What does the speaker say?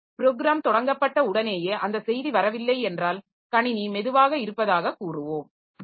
மற்றும் ப்ரோகிராம் தொடங்கப்பட்ட உடனேயே அந்த செய்தி வரவில்லை என்றால் கணினி மெதுவாக இருப்பதாக கூறுவோம்